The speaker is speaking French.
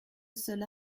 cela